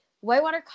whitewater